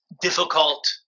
difficult